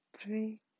three